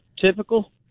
typical